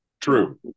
true